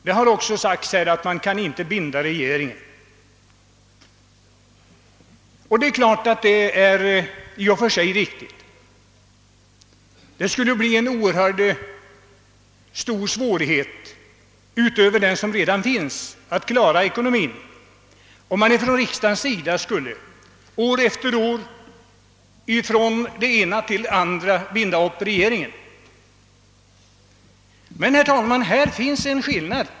Det har också sagts att man inte kan binda regeringen och det är naturligtvis i och för sig riktigt. Det skulle innebära en oerhört stor svårighet utöver den som redan finns att klara ekonomin, om riksdagen år efter år skulle binda regeringen för det ena och det andra. Men, herr talman, här föreligger en skillnad!